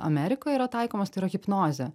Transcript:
amerikoj yra taikomas tai yra hipnozė